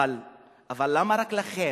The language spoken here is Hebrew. אבל למה רק לכם?